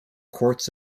courts